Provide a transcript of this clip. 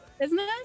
business